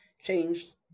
changed